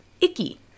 Icky